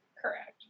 Correct